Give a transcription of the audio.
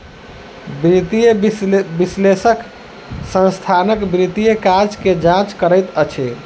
वित्तीय विश्लेषक संस्थानक वित्तीय काज के जांच करैत अछि